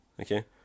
okay